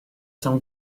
some